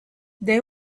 they